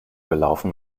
gelaufen